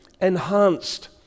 enhanced